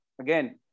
again